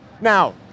Now